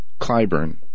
Clyburn